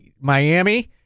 Miami